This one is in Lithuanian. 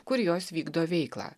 kur jos vykdo veiklą